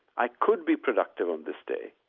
i could be productive on this day,